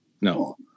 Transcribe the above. No